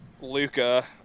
Luca